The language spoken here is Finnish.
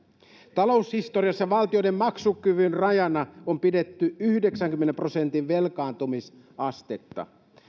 taloushistoriassa valtioiden maksukyvyn rajana on pidetty yhdeksänkymmenen prosentin velkaantumisastetta